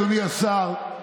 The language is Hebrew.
אדוני השר,